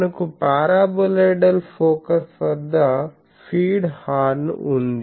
మనకు paraboloidal focus వద్ద feed horn ఉంది